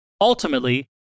Ultimately